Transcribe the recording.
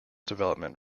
development